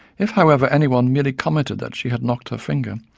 if however anyone merely commented that she had knocked her finger,